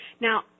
Now